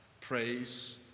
praise